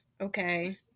Okay